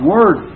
Word